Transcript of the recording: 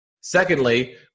Secondly